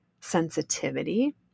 sensitivity